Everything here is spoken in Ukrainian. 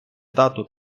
дату